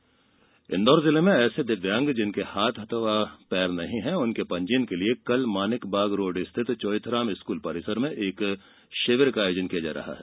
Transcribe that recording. दिव्यांग शिविर इंदौर जिले में ऐसे दिव्यांग जिनके हाथ अथवा पैर नहीं है उनके पंजीयन के लिये कल माणिक बाग रोड स्थित चोइथराम स्कूल परिसर में षिविर का आयोजन किया जा रहा है